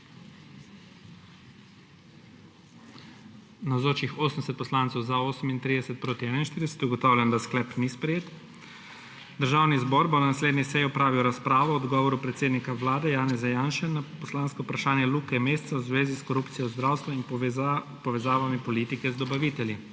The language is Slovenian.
41. (Za je glasovalo 38.) (Proti 41.) Ugotavljam, da sklep ni sprejet. Državni zbor bo na naslednji seji opravil razpravo o odgovoru predsednika vlade Janeza Janše na poslansko vprašanje Luke Mesca v zvezi s korupcijo v zdravstvu in povezavami politike z dobavitelji.